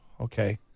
okay